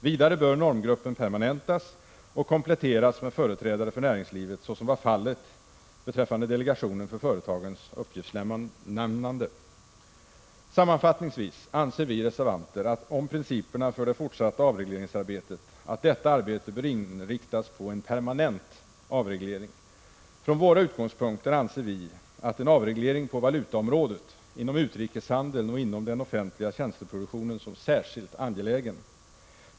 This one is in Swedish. Vidare bör normgruppen permanentas och kompletteras med företrädare för näringslivet, såsom var fallet i delegationen för företagens uppgiftslämnande. Sammanfattningsvis anser vi reservanter om principerna för det fortsatta avregleringsarbetet att detta arbete bör inriktas på en permanent avreglering. Från våra utgångspunkter anser vi en avreglering på valutaområdet, inom utrikeshandeln och inom den offentliga tjänsteproduktionen som särskilt angelägen.